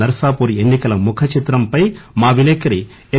నర్పాపూర్ ఎన్ని కల ముఖచిత్రం పై మా విలేకరి ఎస్